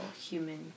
human